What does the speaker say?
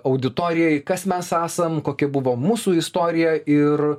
auditorijai kas mes esam kokia buvo mūsų istorija ir